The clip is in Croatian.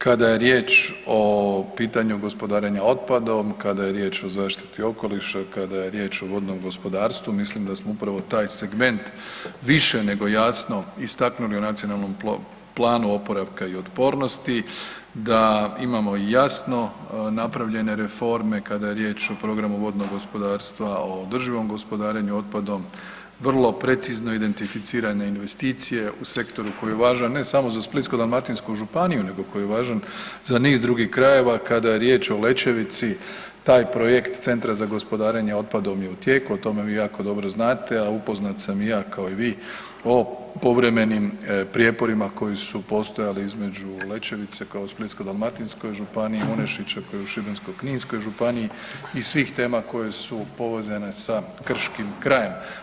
Kada je riječ o pitanju gospodarenja otpadom, kada je riječ o zaštiti okoliša, kada je riječ o vodnom gospodarstvu, mislim da smo upravo taj segment više nego jasno istaknuli u Nacionalnom planu oporavka i otpornosti da imamo jasno napravljene reforme kada je riječ o programu vodnog gospodarstva, o održivom gospodarenju otpadom, vrlo precizno identificirane investicije u sektoru koji je važan, ne samo za Splitsko-dalmatinsku županiju nego koji je važan za niz drugih krajeva, kada je riječ o Lećevici, taj projekt centra za gospodarenje otpadom je u tijeku, o tome vi jako dobro znate, a upoznat sam i ja kao i vi o povremenim prijeporima koji su postojali između Lećevice, koja je u Splitsko-dalmatinskoj županiji, Unešića koji je u Šibensko-kninskoj županiji i svih tema koje su povezane sa krškim krajem.